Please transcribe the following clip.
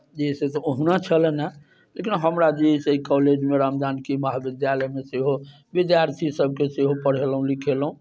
जे अइ से ओहुना छलनि हेँ लेकिन हमरा जे अइ से एहि कॉलेजमे राम जानकी महाविद्यालयमे सेहो विद्यार्थीसभके सेहो पढ़ेलहुँ लिखेलहुँ